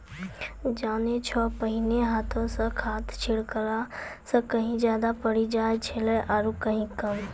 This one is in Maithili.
जानै छौ पहिने हाथों स खाद छिड़ला स कहीं ज्यादा पड़ी जाय छेलै आरो कहीं कम